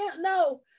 no